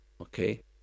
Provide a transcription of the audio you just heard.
Okay